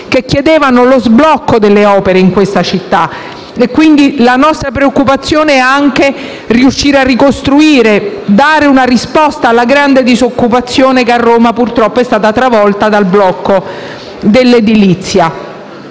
che chiedevano lo sblocco delle opere in questa città, quindi la nostra preoccupazione è anche quella di riuscire a ricostruire, a dare una risposta alla grande disoccupazione presente a Roma, che purtroppo è stata travolta dal blocco dell'edilizia.